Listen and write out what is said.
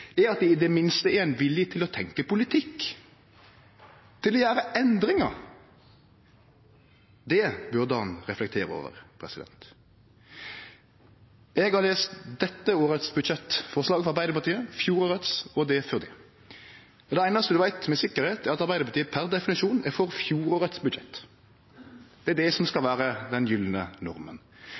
at dei i det minste er villige til å tenkje politikk, til å gjere endringar? Det burde han reflektere over. Eg har lese dette årets budsjettforslag frå Arbeidarpartiet, fjorårets og det før det, og det einaste ein veit med sikkerheit, er at Arbeidarpartiet per definisjon er for fjorårets budsjett. Det er det som skal vere den